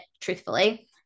truthfully